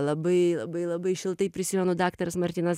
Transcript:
labai labai labai šiltai prisimenu daktaras martynas